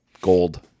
Gold